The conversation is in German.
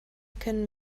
können